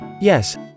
Yes